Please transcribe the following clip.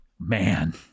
Man